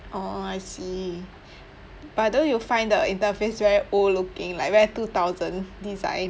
orh I see but don't you find the interface very old looking like very two thousand design